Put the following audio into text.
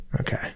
Okay